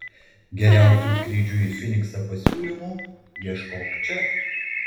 geriausių skrydžių į fyniksą pasiūlymų ieškok čia